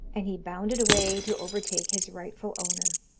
and he bounded away to overtake his rightful owner.